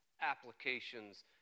applications